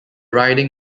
riding